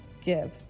give